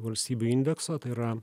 valstybių indekso tai yra